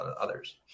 others